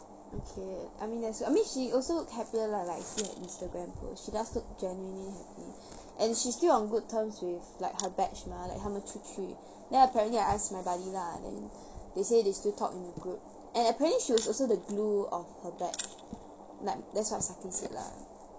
okay I mean thats good I mean she also happier lah like here in Instagram post she does look genuinely happy and she still on good terms with like her batch mah like 她们出去 then apparently I ask my buddy lah then they say they still talk in group and apparently she was also the glue of her batch like that's what sakthi said lah